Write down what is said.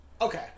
Okay